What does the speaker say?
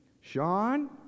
Sean